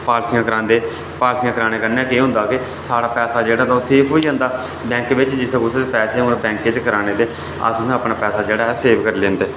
पॉलसियां करांदे ते पालसियां करानै कन्नै केह् होंदा की साढ़ा पैसा जेह्का तां ओह् सेव होई जंदा बैंके च कराने जिस कुसै कोल पैसे होन ते अस तुं'दा पैसा जेह्ड़ा ओह् सेव करी लैंदे